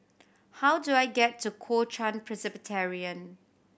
how do I get to Kuo Chuan Presbyterian